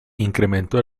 incrementó